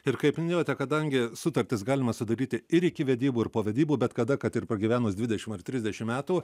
ir kaip minėjote kadangi sutartis galima sudaryti ir iki vedybų ir po vedybų bet kada kad ir pagyvenus dvidešim ar trisdešim metų